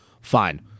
fine